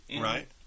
Right